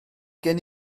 gen